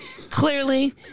Clearly